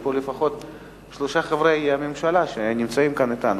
יש פה לפחות שלושה חברי ממשלה שנמצאים אתנו.